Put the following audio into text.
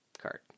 card